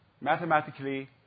mathematically